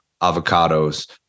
avocados